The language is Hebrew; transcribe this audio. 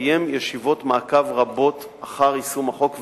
קיים ישיבות מעקב רבות אחר יישום החוק,